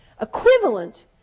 equivalent